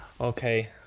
Okay